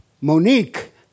Monique